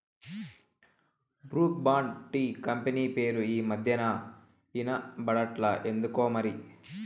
Brooke Bond tea company పేరే ఈ మధ్యనా ఇన బడట్లా ఎందుకోమరి